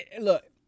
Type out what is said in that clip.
Look